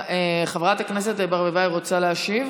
חברת הכנסת ברביבאי, רוצה להשיב?